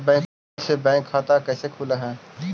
Mobile से bank खाता कैसे खुल है?